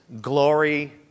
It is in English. Glory